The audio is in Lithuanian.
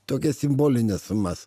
tokias simbolines sumas